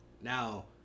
Now